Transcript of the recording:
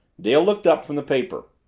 dale looked up from the paper.